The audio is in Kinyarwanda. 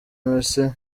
mission